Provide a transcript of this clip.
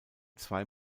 zwei